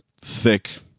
thick